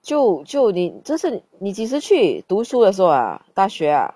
就就你这是你几时去读书的时候啊大学啊